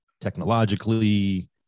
Technologically